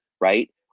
right